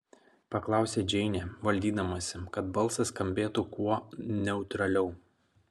paklausė džeinė valdydamasi kad balsas skambėtų kuo neutraliau